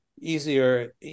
easier